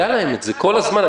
היה להם את זה כל הזמן.